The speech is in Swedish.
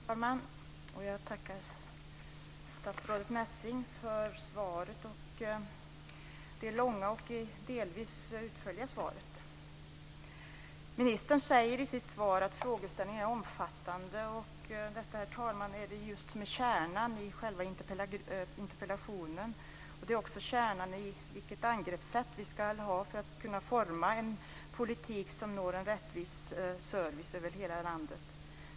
Herr talman! Jag tackar statsrådet Messing för det långa och delvis utförliga svaret. Ministern säger i sitt svar att frågeställningen är omfattande. Just detta, herr talman, är kärnan i själva interpellationen. Det är också kärnan i frågan om vilket angreppssätt vi ska ha för att kunna forma en politik för att uppnå en rättvis service över hela landet.